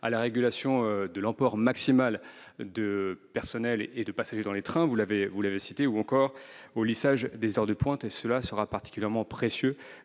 à la régulation de l'emport maximal de personnels et de passagers dans les trains, vous l'avez cité, ou encore au lissage des heures de pointe, ce qui sera particulièrement précieux